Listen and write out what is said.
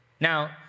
Now